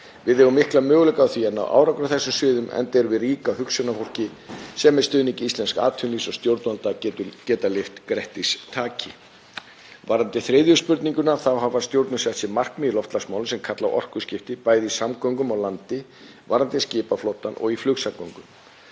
Við eigum mikla möguleika á því að ná árangri á þessum sviðum, enda erum við rík af hugsjónafólki sem, með stuðningi íslensks atvinnulífs og stjórnvalda, getur lyft grettistaki. Varðandi þriðju spurninguna þá hafa stjórnvöld sett sér markmið í loftslagsmálum sem kalla á orkuskipti, bæði í samgöngum á landi, varðandi skipaflotann og í flugsamgöngum.